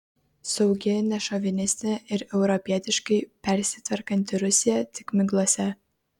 saugi nešovinistinė ir europietiškai persitvarkanti rusija tik miglose